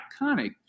iconic